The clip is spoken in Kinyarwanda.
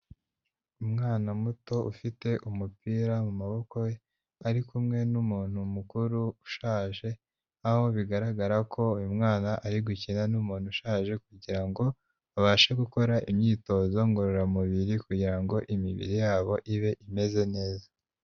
Umwana muto ufite umupira mu maboko ari kumwe n'umuntu mukuru ushaje, aho bigaragara ko uyu mwana ari gukina n'umuntu ushaje kugirango babashe gukora imyitozo ngororamubiri, kugirango imibiri yabo ibe imeze neza.